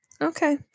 okay